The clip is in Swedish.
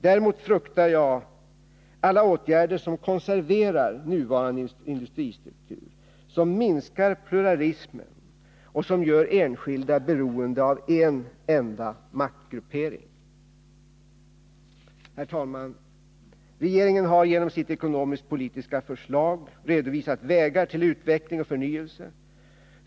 Däremot fruktar jag alla åtgärder som konserverar nuvarande industristruktur, som minskar pluralismen och som gör enskilda beroende av en enda maktgruppering. Herr talman! Regeringen har genom sitt ekonomiskt-politiska förslag redovisat vägar till utveckling och förnyelse.